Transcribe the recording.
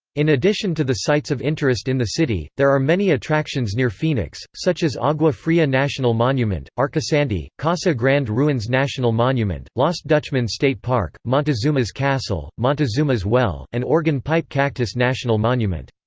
in addition to the sites of interest in the city, there are many attractions near phoenix, such as agua fria national monument, arcosanti, casa grande ruins national monument, lost dutchman state park, montezuma's castle, montezuma's well, and organ pipe cactus national monument.